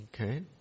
Okay